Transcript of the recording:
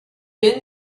been